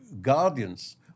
guardians